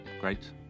great